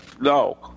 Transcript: No